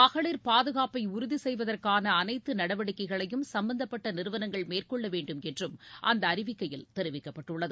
மகளிர் பாதுகாப்டைஉறுதிசெய்வதற்கானஅனைத்துநடவடிக்கைகளையும் சம்பந்தப்பட்ட நிறுவனங்கள் மேற்கொள்ளவேண்டும் என்றும் அந்தஅறிவிக்கையில் தெரிவிக்கப்பட்டுள்ளது